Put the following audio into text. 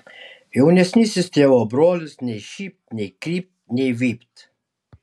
jaunesnysis tėvo brolis nei šypt nei krypt nei vypt